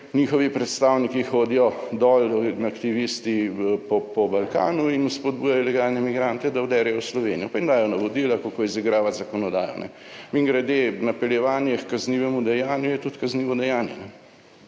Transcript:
njihovi predstavniki hodijo dol in aktivisti po Balkanu in spodbujajo ilegalne migrante, da vderejo v Slovenijo, pa jim dajo navodila kako izigravati zakonodajo. Mimogrede, napeljevanje h kaznivemu dejanju je tudi kaznivo dejanje.